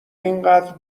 اینقدر